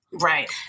Right